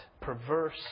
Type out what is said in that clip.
perverse